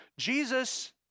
Jesus